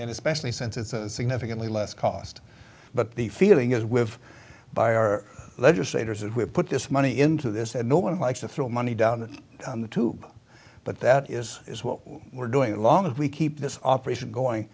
and especially since it's significantly less cost but the feeling is with by our legislators that we put this money into this and no one likes to throw money down the tube but that is what we're doing long as we keep this operation going